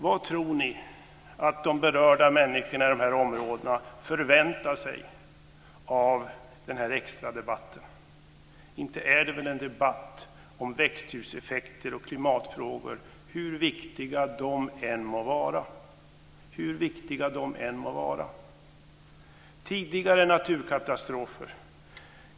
Vad tror ni att de berörda människorna i de här områdena förväntar sig av den här extradebatten? Inte är det väl en debatt om växthuseffekter och klimatfrågor, hur viktiga de än må vara. Det har tidigare inträffat naturkatastrofer.